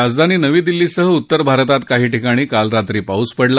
राजधानी नवी दिल्लीसह उत्तर भारतात काही ठिकाणी काल रात्री पाऊस पडला